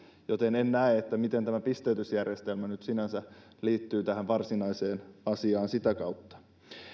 joten en näe miten tämä pisteytysjärjestelmä nyt sinänsä liittyy tähän varsinaiseen asiaan sitä kautta